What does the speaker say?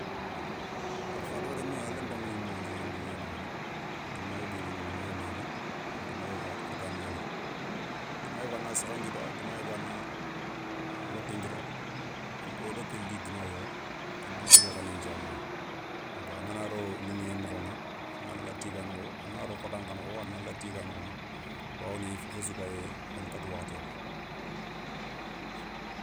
Yo hadama remme a lanta an wuyi mouma nthiou gnana liηoyé nokhoηa dima yogoy rini lignoyé na ri dima yogo kha khota na ri, dima yogo a na saha nkita dima yogo a na waten kita donc wodo ké li dounaya, kendo tégué khané nthiama. donc angana ro liηoyé nokhoηa anala tiga nokho anganaro khota nkha nokho anala tiga nokhoηa bawoni fofo sou gayé a na kata wakhatiya.